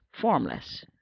formless